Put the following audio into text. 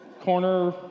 corner